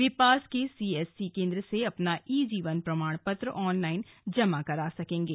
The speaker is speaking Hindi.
वे पास के सीएससी केन्द्र से अपना ई जीवन प्रमाण पत्र ऑनलाइन जमा करा सकेंगे